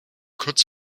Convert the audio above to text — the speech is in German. kurz